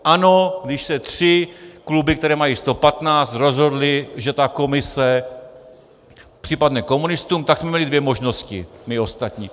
Ano, když se tři kluby, které mají 115, rozhodly, že ta komise připadne komunistům, tak jsme měli dvě možnosti my ostatní.